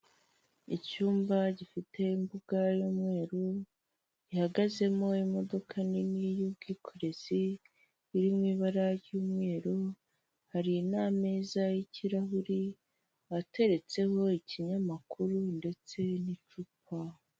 Icyumba gifite imbuga y'umweru gihagazemo imodoka nini y'ubwikorezi, iri mu ibara ry'umweru, hari n'ameza y'kirahuri ateretseho ikinyamakuru ndetse n'icupa.